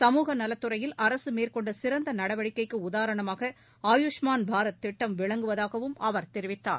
சமூக நலத்துறையில் அரசு மேற்கொண்ட சிறந்த நடவடிக்கைக்கு உதாரணமாக ஆயுஷ்மான் பாரத் திட்டம் விளங்குவதாகவும் அவர் தெரிவித்தார்